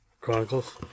Chronicles